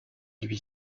lui